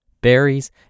berries